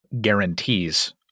guarantees